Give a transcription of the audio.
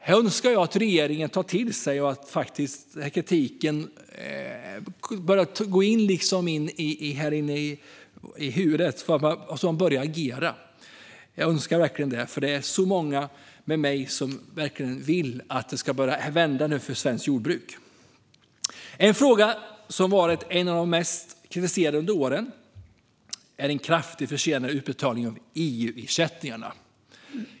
Jag önskar att regeringen tar till sig det här och att kritiken går in i huvudet så att man börjar agera. Jag önskar verkligen det, för det är så många med mig som verkligen vill att det ska börja vända för svenskt jordbruk. En fråga som har varit en av den mest kritiserade under åren är de kraftigt försenade utbetalningarna av EU-ersättningarna.